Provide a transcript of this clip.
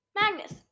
Magnus